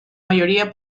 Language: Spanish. mayoría